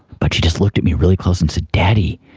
but she just looked at me really close and said, daddy,